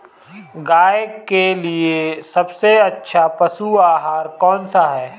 गाय के लिए सबसे अच्छा पशु आहार कौन सा है?